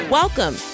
Welcome